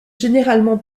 généralement